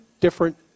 different